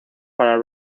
para